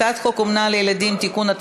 הצעת חוק אומנה לילדים (תיקון),